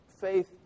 Faith